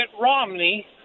Romney